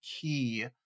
key